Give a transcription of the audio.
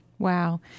Wow